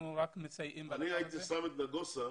הייתי שם את נגוסה